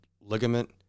ligament